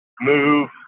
move